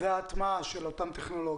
וההטמעה של אותן טכנולוגיות.